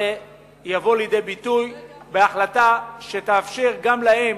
יבוא לידי ביטוי בהחלטה שתאפשר גם להם